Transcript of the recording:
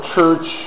Church